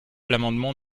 l’amendement